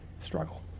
struggle